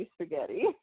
spaghetti